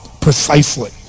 precisely